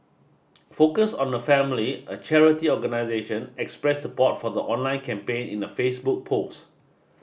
focus on the family a charity organisation expressed support for the online campaign in a Facebook post